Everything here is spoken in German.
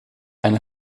eine